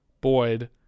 boyd